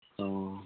ᱚᱸᱻ